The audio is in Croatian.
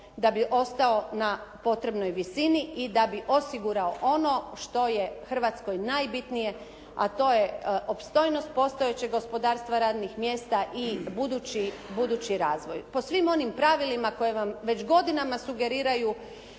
da bi ostao na potrebnoj visini i da bi osigurao ono što je Hrvatskoj najbitnije, a to je opstojnost postojećeg gospodarstva, radnih mjesta i budući razvoj. Po svim onim pravilima koji vam već godinama sugeriraju